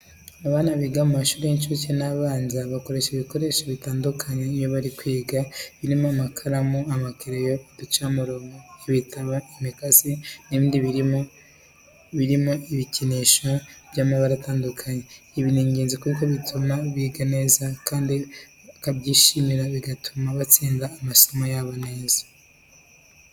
Abana biga mu mashuri y'inshuke n'abanza bakoresha ibikoresho bitandukanye iyo bari kwiga birimo amakaramu, amakereyo, uducamurongo, ibitabo, imikasi n'ibindi birimo ibikinisho by'amabara atandukanye. Ibi ni ingenzi kuko bituma biga neza kandi babyishimiye bigatuma batsinda amasomo yabo neza.